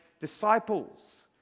disciples